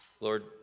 Lord